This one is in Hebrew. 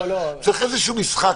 צריך פה איזשהו משחק.